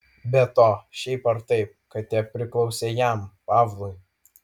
be to šiaip ar taip katė priklausė jam pavlui